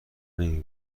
نمی